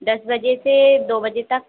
दस बजे से दो बजे तक